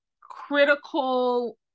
critical